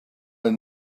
knew